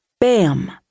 Bam